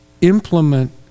implement